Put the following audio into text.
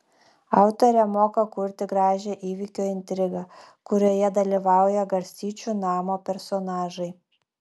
autorė moka kurti gražią įvykio intrigą kurioje dalyvauja garstyčių namo personažai